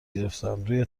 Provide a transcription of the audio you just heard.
گرفتم، روی